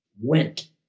went